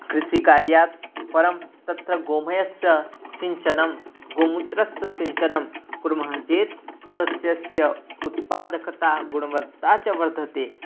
कृषिकार्यात् परं तत्र गोमयस्य सिञ्चनं गोमूत्रस्य सिञ्चनं कुर्मः चेत् सस्यस्य उत्पादकता गुणवत्ता च वर्धते